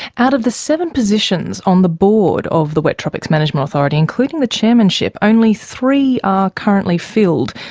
out of the seven positions on the board of the wet tropics management authority, including the chairmanship, only three are currently filled.